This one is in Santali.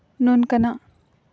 ᱱᱚᱝᱠᱟᱱᱟᱜ